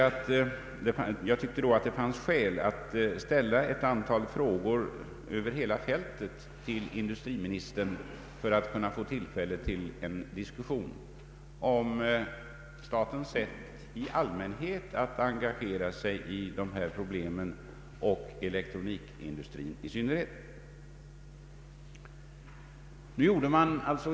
Jag tyckte då att det fanns skäl att ställa ett antal frågor över hela fältet till industriministern för att få tillfälle till en diskussion om statens sätt i allmänhet att engagera sig i dessa problem och i elektronikindustrin i synnerhet.